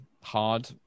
hard